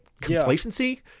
complacency